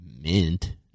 mint